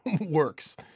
works